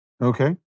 okay